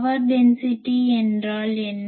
power density என்றால் என்ன